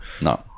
No